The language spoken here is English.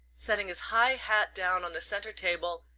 setting his high hat down on the centre-table,